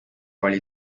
oli